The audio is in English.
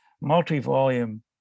multi-volume